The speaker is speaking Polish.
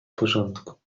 porządku